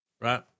right